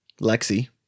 Lexi